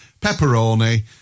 pepperoni